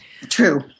True